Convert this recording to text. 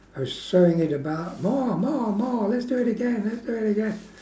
I was throwing it about more more more let's do it again let's do it again